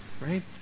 right